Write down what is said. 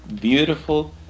beautiful